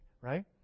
right